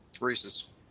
Reese's